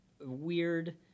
weird